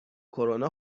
کرونا